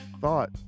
thought